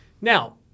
Now